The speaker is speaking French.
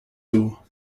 tour